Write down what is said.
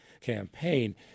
campaign